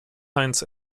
heinz